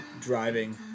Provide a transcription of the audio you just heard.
Driving